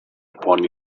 upon